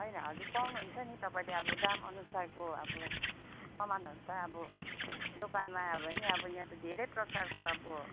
होइन हजुर पाउनुहुन्छ नि तपाईँले अब दाम अनुसारको अब सामानहरू त अब दोकानमा आयो भने अब यहाँ त धेरै प्रकारको अब